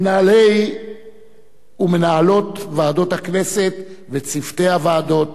מנהלי ומנהלות ועדות הכנסת וצוותי הוועדות,